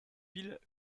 villes